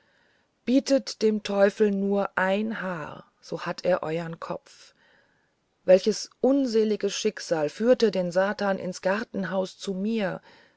bietet dem teufel nur ein haar so hat er euern kopf welches unselige schicksal führte den satan ins gartenhaus zu mir